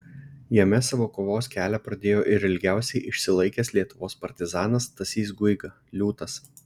jame savo kovos kelią pradėjo ir ilgiausiai išsilaikęs lietuvos partizanas stasys guiga liūtas